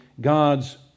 God's